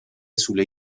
sulle